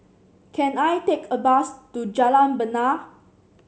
can I take a bus to Jalan Bena